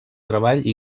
treball